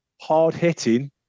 hard-hitting